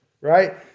Right